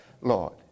Lord